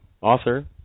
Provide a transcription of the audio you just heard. Author